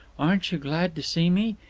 aren't you glad to see me?